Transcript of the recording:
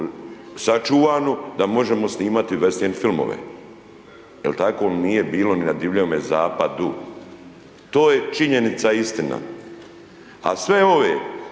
sačuvanu da možemo snimati western filmove jer tako nije bilo ni na Divljemu zapadu. To je činjenica i istina. A sve ove